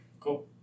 cool